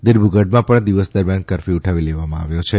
દિર્બુગઢમાં પણ દિવસ દરમિયાન કરફયુ ઉઠાવી લેવામાં આવ્યો છે